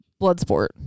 Bloodsport